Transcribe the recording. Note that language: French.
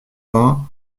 vingt